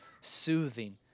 soothing